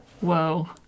Whoa